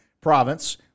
province